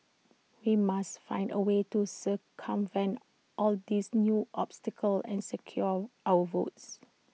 we must find A way to circumvent all these new obstacles and secure our votes